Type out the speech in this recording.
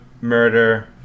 murder